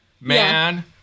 Man